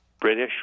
British